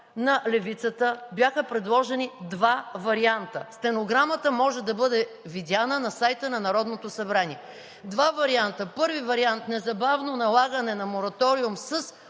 на Левицата бяха предложени два варианта. Стенограмата може да бъде видяна на сайта на Народното събрание. Два варианта! Първи вариант: „Незабавно налагане на мораториум с